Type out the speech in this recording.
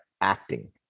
acting